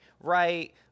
right